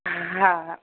हा